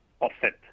offset